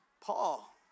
Paul